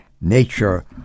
nature